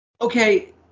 Okay